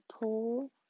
pull